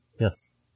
Yes